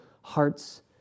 hearts